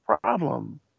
problem